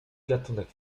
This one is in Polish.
gatunek